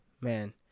man